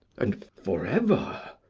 and for ever